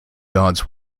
yards